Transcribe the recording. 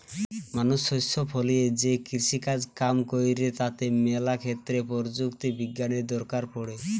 মানুষ শস্য ফলিয়ে যে কৃষিকাজ কাম কইরে তাতে ম্যালা ক্ষেত্রে প্রযুক্তি বিজ্ঞানের দরকার পড়ে